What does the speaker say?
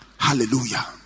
hallelujah